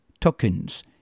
tokens